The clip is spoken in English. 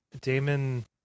Damon